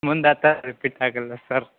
ಮುಂದೆ ಆ ಥರ ರಿಪೀಟ್ ಆಗೋಲ್ಲ ಸರ್